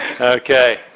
Okay